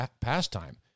pastime